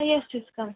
yes please come